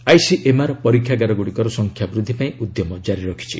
ICMR ପରୀକ୍ଷାଗାର ଗୁଡ଼ିକର ସଂଖ୍ୟାବୃଦ୍ଧି ପାଇଁ ଉଦ୍ୟମ ଜାରି ରଖିଛି